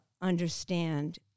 understand